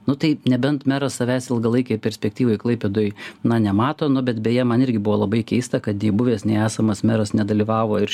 nu tai nebent meras savęs ilgalaikėje perspektyvoje klaipėdoj na nemato nu bet beje man irgi buvo labai keista kad nei buvęs nei esamas meras nedalyvavo ir